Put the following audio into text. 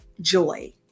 joy